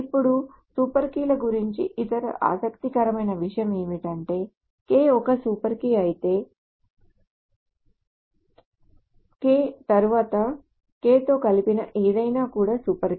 ఇప్పుడు సూపర్ కీల గురించి ఇతర ఆసక్తికరమైన విషయం ఏమిటంటే K ఒక సూపర్ కీ అయితే K తరువాత K తో కలిపిన ఏదైనా కూడా సూపర్ కీ